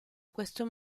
questo